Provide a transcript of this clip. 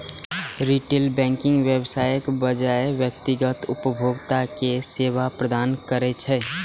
retail banking व्यवसायक बजाय व्यक्तिगत उपभोक्ता कें सेवा प्रदान करै छै